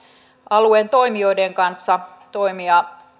alueen toimijoiden kanssa toimia